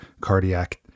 cardiac